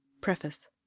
Preface